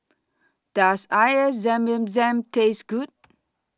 Does Air Zam Zam Taste Good